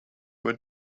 were